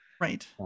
right